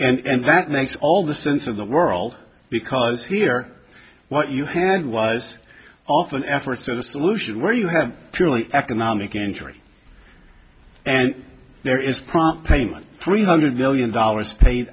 and and that makes all the sense of the world because here what you had was often effort so the solution where you have a purely economic injury and there is probably payment three hundred million dollars paid